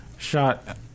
Shot